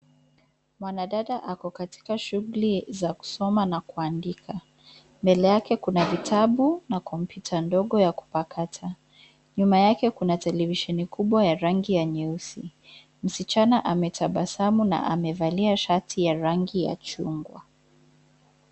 Mwanadada ako katika shughuli za kusoma na kuandika. Mbele yake kuna vitabu na kompyuta ndogo ya kupakata. Nyuma yake kuna televisheni kubwa ya rangi ya nyeusi. Msichana ametabasamu na amevalia shati ya rangi ya chungwa.